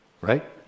right